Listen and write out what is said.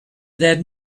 that